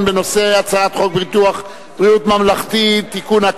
בנושא הצעת חוק ביטוח בריאות ממלכתי (תיקון,